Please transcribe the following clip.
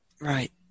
Right